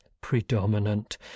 predominant